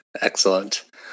excellent